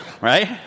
Right